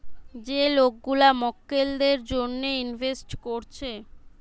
যে লোক গুলা মক্কেলদের জন্যে ইনভেস্ট কোরছে